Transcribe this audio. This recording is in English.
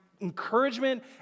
encouragement